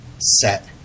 set